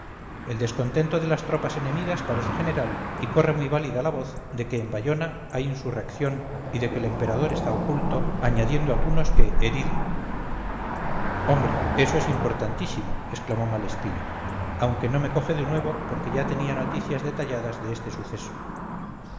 el descontento de las tropas enemigas parece general y corre muy válida la voz de que en bayona hay insurrección y de que el emperador está oculto añadiendo algunos que herido hombre eso es importantísimo exclamó malespina aunque no me coge de nuevo porque ya tenía noticias detalladas de este suceso